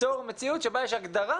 ייצור מציאות שבה יש הגדרה